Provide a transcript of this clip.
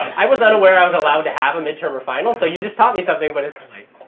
i was unaware i was allowed to have a midterm or final, so you just taught me something. but it's too late.